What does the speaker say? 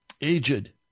Aged